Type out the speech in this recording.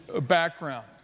background